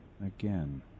again